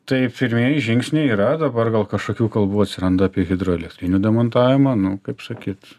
tai pirmieji žingsniai yra dabar gal kažkokių kalbų atsiranda apie hidroelektrinių demontavimą nu kaip sakyt